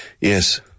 Yes